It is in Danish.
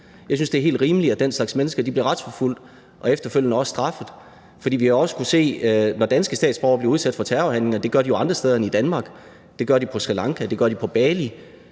Jeg synes, det er helt rimeligt, at den slags mennesker bliver retsforfulgt og efterfølgende også straffet, for vi har også kunnet se, at når danske statsborgere bliver udsat for terrorhandlinger andre steder end i Danmark – det gør de på Sri Lanka, det gør de på Bali